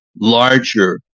larger